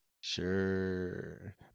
Sure